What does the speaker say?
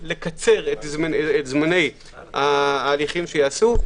לקצר את זמני ההליכים שייעשו,